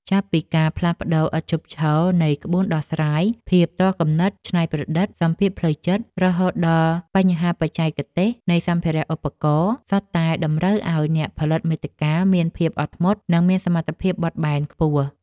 ចាប់ពីការផ្លាស់ប្តូរឥតឈប់ឈរនៃ ក្បួនដោះស្រាយ ភាពទាល់គំនិតច្នៃប្រឌិត សម្ពាធផ្លូវចិត្ត រហូតដល់បញ្ហាបច្ចេកទេសនៃសម្ភារៈឧបករណ៍ សុទ្ធតែតម្រូវឱ្យអ្នកផលិតមាតិកាមានភាពអត់ធ្មត់ និងសមត្ថភាពបត់បែនខ្ពស់។